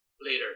later